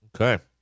Okay